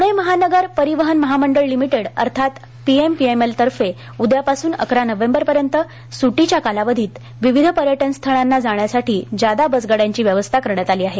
पूणे महानगर परिवहन महामंडळ लिमिटेड अर्थात पीएमपीएमएल तर्फे उद्यापासून अकरा नोव्हेंबरपर्यंत सुट्टीच्या कालावधीत विविध पर्यटनस्थळांना जाण्यासाठी जादा बस गाड्यांचीं व्यवस्था करण्यात आली आहे